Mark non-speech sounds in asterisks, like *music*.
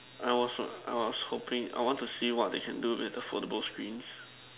I was *noise* I was hoping I want to see what they can do with those foldable screens